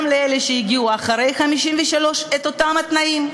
לאלה שהגיעו אחרי 1953 את אותם התנאים,